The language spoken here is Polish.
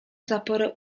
zaporę